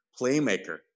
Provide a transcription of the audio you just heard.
playmaker